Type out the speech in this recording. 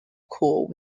core